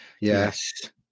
Yes